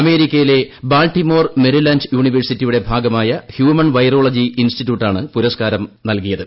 അമേരിക്കയിലെ Baltimore Maryland യൂണിവേഴ്സിറ്റിയുടെ ഭാഗമായ ഹ്യൂമൺ വൈറോളജി ഇൻസ്റ്റിറ്റ്യൂട്ടാണ് പുരസ്ക്കാരം നൽകിയത്